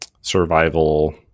survival